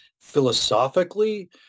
philosophically